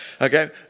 okay